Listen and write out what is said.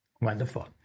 Wonderful